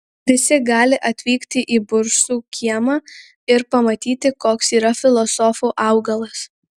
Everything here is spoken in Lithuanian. visi gali atvykti į bursų kiemą ir pamatyti koks yra filosofų augalas